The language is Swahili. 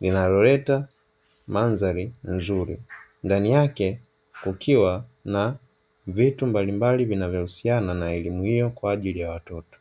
linaloleta mandhari nzuri, ndani yake kukiwa na vitu mbalimbali vinavyohusiana na elimu hiyo kwa ajili ya watoto.